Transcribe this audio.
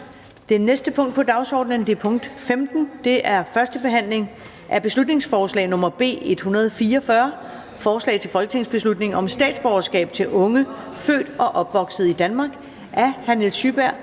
Det næste punkt på dagsordenen er: 15) 1. behandling af beslutningsforslag nr. B 144: Forslag til folketingsbeslutning om statsborgerskab til unge født og opvokset i Danmark. Af Nils Sjøberg